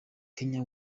kanye